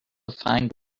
find